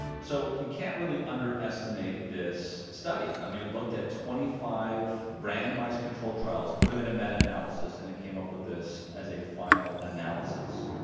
so you can't really underestimate this study. i mean, it looked at twenty five randomized controlled trials, put them in a meta-analysis, and it came up with this as a final analysis.